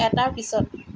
এটাৰ পিছত